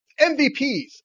MVPs